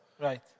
Right